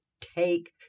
take